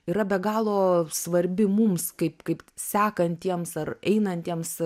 yra be galo svarbi mums kaip kaip sekantiems ar einantiems